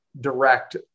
direct